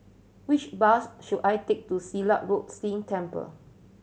which bus should I take to Silat Road Temple